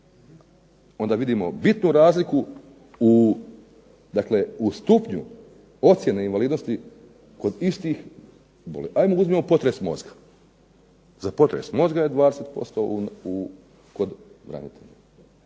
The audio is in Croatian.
onda vidimo bitnu razliku u stupnju ocjene invalidnosti kod istih. Ajde uzmimo potres mozga, za potres mozga je 20% kod branitelja.